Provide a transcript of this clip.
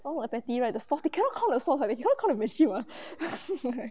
oh the patty right the sauce they cannot count the sauce eh they cannot the machine [what]